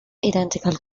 identical